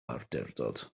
awdurdod